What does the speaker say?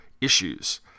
issues